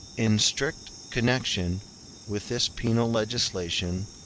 in strict connection with this penal legislation,